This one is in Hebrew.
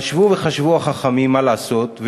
חשבו וחשבו החכמים מה לעשות,